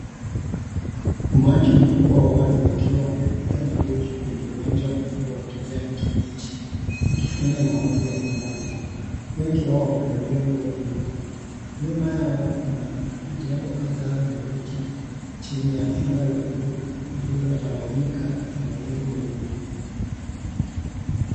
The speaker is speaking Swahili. Umati mkubwa wa watu wakiwa wamepiga magoti kwenye uwanja mkubwa wa kijani kibichi, wakifanya maombi ya pamoja. Wengi wao wamevalia nguo nyeupe. Nyuma yao kuna majengo kadhaa na miti chini ya anga la buluu lililotawanyika na mawingu meupe.